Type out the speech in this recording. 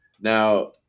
Now